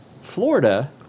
Florida